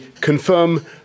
confirm